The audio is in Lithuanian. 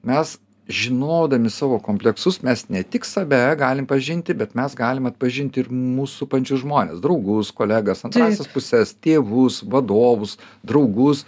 mes žinodami savo kompleksus mes ne tik save galim pažinti bet mes galim atpažinti ir mus supančius žmones draugus kolegas antrąsias puses tėvus vadovus draugus